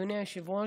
אדוני היושב-ראש,